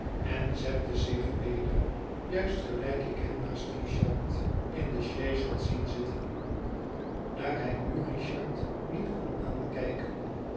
en zette zich weder juist gelijk ik hem naast richard het veelaten huis in de sjees had zien zitten daar hij nu richard niet kon aankijken